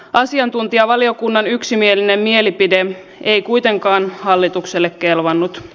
asiantuntijavaliokunnan yksimielinen mielipide ei kuitenkaan hallitukselle kelvannut